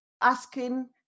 asking